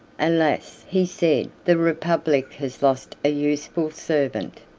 alas! he said, the republic has lost a useful servant,